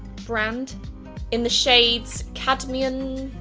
brand in the shades cadmium,